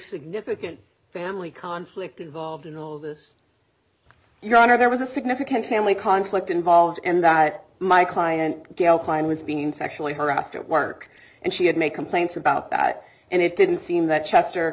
significant family conflict involved in all this your honor there was a significant family conflict involved and that my client gail klein was being sexually harassed at work and she had made complaints about that and it didn't seem that chester